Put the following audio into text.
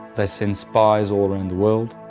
they send spies all around the world.